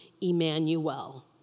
Emmanuel